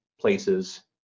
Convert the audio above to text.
places